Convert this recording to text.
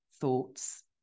thoughts